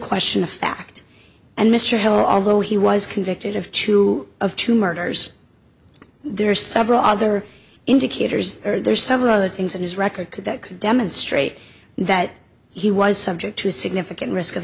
question of fact and mr heller although he was convicted of two of two murders there are several other indicators are there several other things in his record that could demonstrate that he was subject to a significant risk of